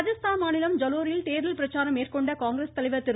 ராஜஸ்தான் மாநிலம் ஜலோரில் தேர்தல் பிரச்சாரம் மேற்கொண்ட காங்கிரஸ் தலைவர் திரு